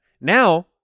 Now